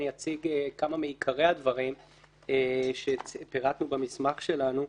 אני אציג כמה מעיקרי הדברים שפירטנו במסמך שלנו.